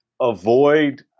avoid